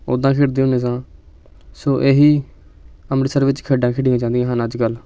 ਉੱਦਾਂ ਖੇਡਦੇ ਹੁੰਦੇ ਸਾਂ ਸੋ ਇਹੀ ਅੰਮ੍ਰਿਤਸਰ ਵਿੱਚ ਖੇਡਾਂ ਖੇਡੀਆਂ ਜਾਂਦੀਆਂ ਹਨ ਅੱਜ ਕੱਲ੍ਹ